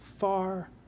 far